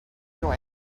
joy